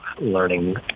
learning